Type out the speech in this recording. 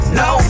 no